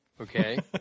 Okay